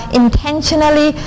intentionally